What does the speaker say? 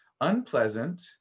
unpleasant